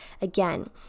again